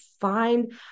find